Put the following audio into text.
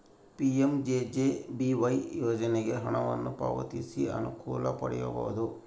PMJJBY ಯೋಜನೆಗೆ ಹಣವನ್ನು ಪಾವತಿಸಿ ಅನುಕೂಲ ಪಡೆಯಬಹುದು